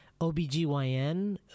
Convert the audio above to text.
OBGYN